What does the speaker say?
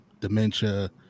dementia